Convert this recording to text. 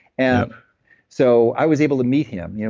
and so i was able to meet him. yeah